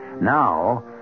Now